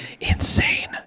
insane